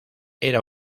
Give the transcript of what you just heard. era